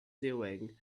doing